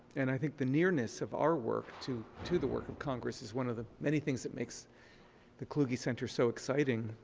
and i think the nearness of our work to to the work of congress is one of the many things that makes the kluge center so exciting.